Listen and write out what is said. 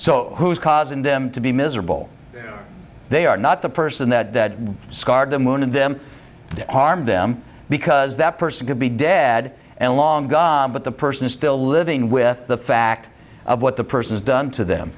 so who's causing them to be miserable they are not the person that scarred the moon and them harmed them because that person could be dead and long gone but the person is still living with the fact of what the person's done to them